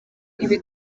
ibi